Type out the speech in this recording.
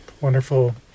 wonderful